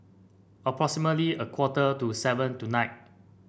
approximately a quarter to seven tonight